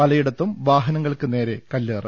പലയിടത്തും വാഹനങ്ങൾക്ക് നേരെ കല്ലേ റ്